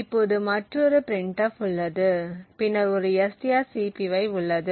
இப்போது மற்றொரு printf உள்ளது பின்னர் ஒரு strcpy உள்ளது